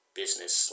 business